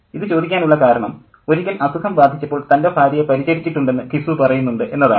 ഇതു ചോദിക്കാനുള്ള കാരണം ഒരിക്കൽ അസുഖം ബാധിച്ചപ്പോൾ തൻ്റെ ഭാര്യയെ പരിചരിച്ചിട്ടുണ്ടെന്ന് ഘിസു പറയുന്നുണ്ട് എന്നതാണ്